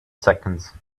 seconds